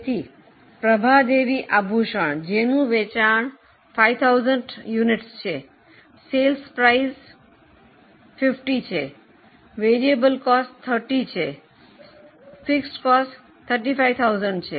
તેથી પ્રભા દેવી આભૂષણ તેનું વેચાણ 5000 એકમો છે વેચાણ કિંમત 50 છે ચલિત ખર્ચ 30 છે સ્થિર ખર્ચ 35000 છે